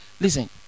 listen